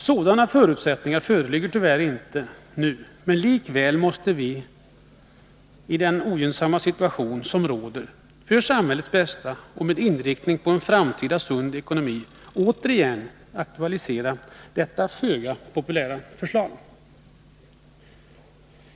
Sådana förutsättningar föreligger tyvärr inte nu, men likväl måste vi i den ogynnsamma situation som råder för samhällets bästa och med inriktning på en framtida sund ekonomi återigen aktualisera detta föga populära förslag.